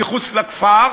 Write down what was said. מחוץ לכפר,